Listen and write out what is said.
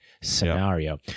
scenario